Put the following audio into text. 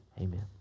Amen